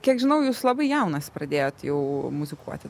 kiek žinau jūs labai jaunas pradėjot jau muzikuoti